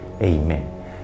Amen